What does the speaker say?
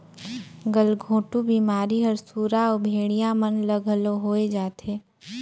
गलघोंटू बेमारी हर सुरा अउ भेड़िया मन ल घलो होय जाथे